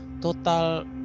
total